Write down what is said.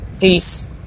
Peace